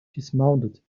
dismounted